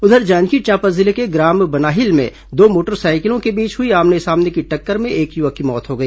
उधर जांजगीर चांपा जिले के ग्राम बनाहिल में दो मोटरसाइकिलों के बीच हुई आमने सामने की टक्कर में एक युवक की मौत हो गई